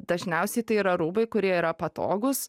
dažniausiai tai yra rūbai kurie yra patogūs